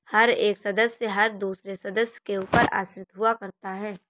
हर एक सदस्य हर दूसरे सदस्य के ऊपर आश्रित हुआ करता है